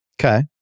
Okay